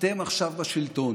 אתם עכשיו בשלטון.